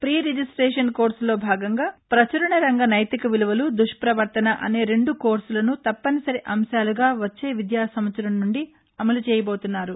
P registration కోర్సులో భాగంగా పచురణరంగ నైతిక విలువలు దుష్పవర్తన అనే రెండు కోర్సులను తప్పనిసరి అంశాలుగా వచ్చే విద్యా సంవత్సరం నుంచి అమలు చేయబోతున్నారు